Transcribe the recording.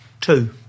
Two